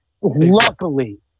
Luckily